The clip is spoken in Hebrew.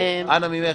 נו, באמת.